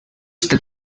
está